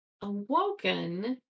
awoken